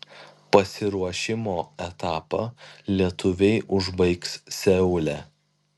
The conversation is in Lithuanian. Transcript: pasiruošimo etapą lietuviai užbaigs seule